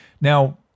Now